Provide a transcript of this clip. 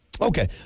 okay